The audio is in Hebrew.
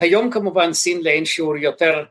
‫היום כמובן סין לאין שיעור יותר.